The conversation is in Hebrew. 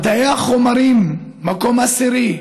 מדעי החומרים, מקום עשירי,